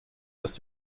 das